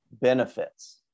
Benefits